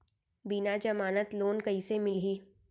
बिना जमानत लोन कइसे मिलही?